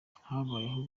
habayeho